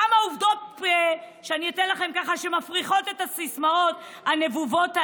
כמה עובדות שאתן לכם מפריכות את הסיסמאות הנבובות האלה: